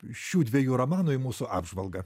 šių dviejų romanų į mūsų apžvalgą